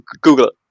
Google